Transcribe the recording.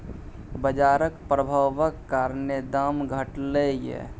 बजारक प्रभाबक कारणेँ दाम घटलै यै